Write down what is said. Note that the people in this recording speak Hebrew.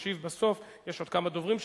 ישיב בסוף, יש עוד כמה דוברים שנרשמו.